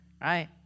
right